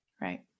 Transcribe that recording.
Right